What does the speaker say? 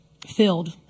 filled